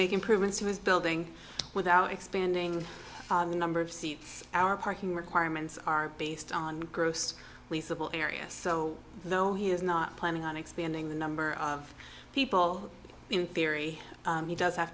make improvements to his building without expanding the number of seats our parking requirements are based on gross lease of all areas so though he is not planning on expanding the number of people in theory he does have